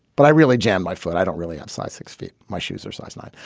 but i really jammed my foot. i don't really upsize six feet. my shoes are size nine.